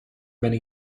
many